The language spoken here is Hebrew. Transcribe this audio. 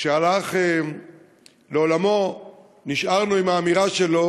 כשהלך לעולמו נשארנו עם האמירה שלו,